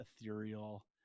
ethereal